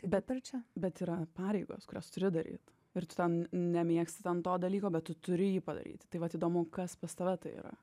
bet ir čia bet yra pareigos kurias turi daryt ir tu ten nemėgsti ten to dalyko bet tu turi jį padaryti tai vat įdomu kas pas tave tai yra